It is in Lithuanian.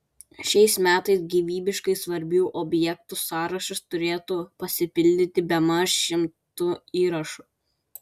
šiais metais gyvybiškai svarbių objektų sąrašas turėtų pasipildyti bemaž šimtu įrašų